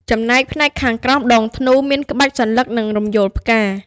ចំណែកផ្នែកខាងក្រោមដងធ្នូ មាន ក្បាច់សន្លឹក និង រំយោលផ្កា។